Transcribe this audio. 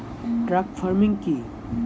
Truck farming কি?